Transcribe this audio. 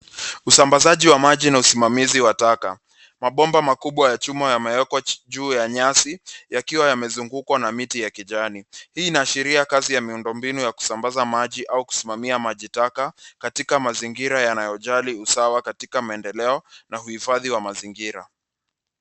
Usambazaji wa maji na usimamizi wa taka. Mabomba makubwa ya chuma yamewekwa juu ya nyasi, yakiwa yamezungukwa na miti ya kijani. Hii inaashiria kazi ya miundombinu ya kusambaza maji au kusimamia maji taka katika mazingira yanayojali usawa katika maendeleo na uhifadhi wa mazingira.